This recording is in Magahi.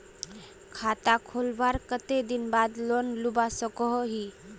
खाता खोलवार कते दिन बाद लोन लुबा सकोहो ही?